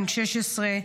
בן 16,